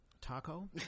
Taco